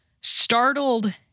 startled